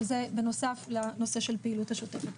שזה בנוסף לנושא של הפעילות השוטפת.